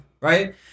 Right